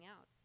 out